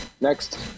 Next